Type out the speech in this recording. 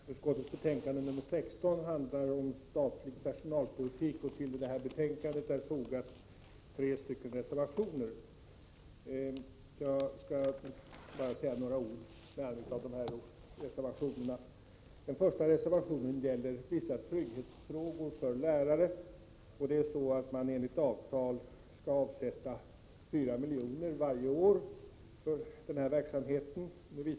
Herr talman! Arbetsmarknadsutskottets betänkande nr 16 handlar om statlig personalpolitik. Till betänkandet är fogade tre reservationer. Jag skall bara säga några ord med anledning av dessa. Den första gäller vissa trygghetsfrågor för lärare. Enligt avtal skall 4 milj.kr. varje år avsättas för den här verksamheten.